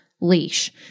leash